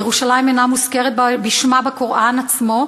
ירושלים אינה מוזכרת בשמה בקוראן עצמו,